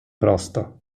prosto